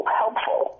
helpful